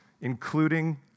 including